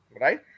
right